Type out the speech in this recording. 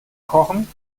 kochen